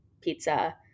pizza